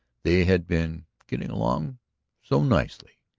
they had been getting along so nicely.